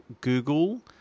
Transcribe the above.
Google